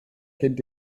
kennt